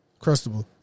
Crustable